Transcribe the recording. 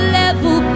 level